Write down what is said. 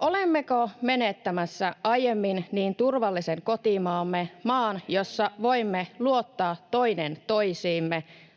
Olemmeko menettämässä aiemmin niin turvallisen kotimaamme, maan, jossa voimme luottaa toinen toisiimme,